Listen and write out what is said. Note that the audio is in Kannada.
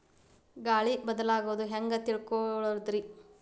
ಗಾಳಿ ಬದಲಾಗೊದು ಹ್ಯಾಂಗ್ ತಿಳ್ಕೋಳೊದ್ರೇ?